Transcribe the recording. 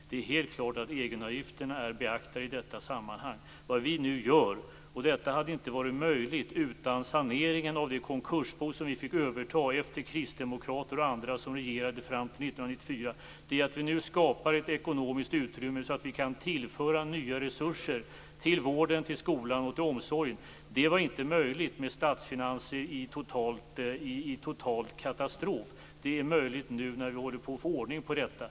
Det är helt klart att egenavgifterna är beaktade i detta sammanhang. Vad vi nu gör hade inte varit möjligt utan saneringen av det konkursbo som vi fick överta efter kristdemokrater och andra som regerade fram till 1994. Vad vi gör är att vi skapar ett ekonomiskt utrymme så att vi kan tillföra nya resurser till vården, skolan och omsorgen. Det var inte möjligt med statsfinanser i total katastrof. Det är möjligt nu när vi håller på att få ordning på finanserna.